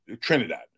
Trinidad